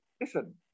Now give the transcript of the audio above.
listen